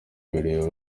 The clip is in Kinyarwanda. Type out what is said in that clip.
biriwe